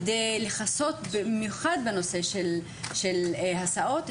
במיוחד בנושא הסעות,